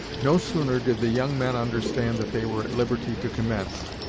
no sooner did the young men understand that they were at liberty to commence,